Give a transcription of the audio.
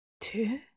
Two